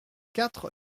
quatre